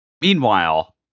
Meanwhile